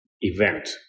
event